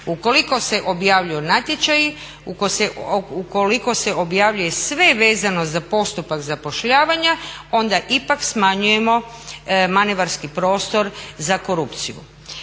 Ukoliko se objavljuju natječaji, ukoliko se objavljuje sve vezano za postupak zapošljavanja onda ipak smanjujemo manevarski prostor za korupciju.